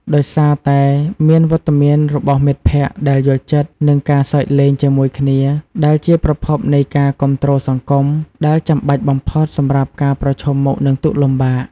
ដោយសារតែមានវត្តមានរបស់មិត្តភក្តិដែលយល់ចិត្ត និងការសើចលេងជាមួយគ្នា ដែលជាប្រភពនៃការគាំទ្រសង្គម ដែលចាំបាច់បំផុតសម្រាប់ការប្រឈមមុខនឹងទុក្ខលំបាក។